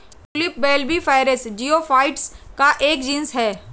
tulip bulbiferous geophytes का एक genus है